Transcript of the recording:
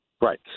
Right